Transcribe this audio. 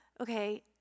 okay